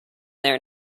there